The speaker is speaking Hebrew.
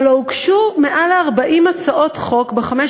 הלוא הוגשו יותר מ-40 הצעות חוק ב-15